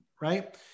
right